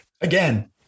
Again